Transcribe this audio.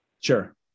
Sure